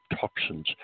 toxins